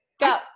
go